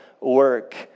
work